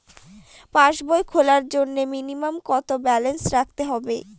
পাসবই খোলার জন্য মিনিমাম কত ব্যালেন্স রাখতে হবে?